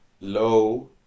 low